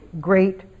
great